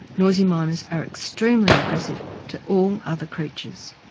noisy miners are extremely aggressive to all other creatures.